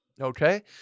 Okay